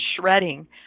shredding